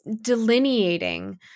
delineating